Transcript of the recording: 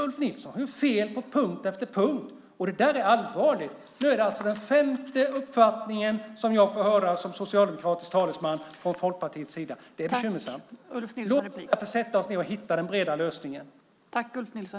Ulf Nilsson har fel på punkt efter punkt. Det är allvarligt. Nu är det alltså den femte uppfattningen från Folkpartiet som jag får höra som socialdemokratisk talesman. Det är bekymmersamt. Låt oss därför sätta oss ned och hitta den breda lösningen.